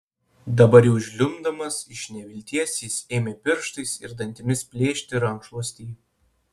dabar jau žliumbdamas iš nevilties jis ėmė pirštais ir dantimis plėšti rankšluostį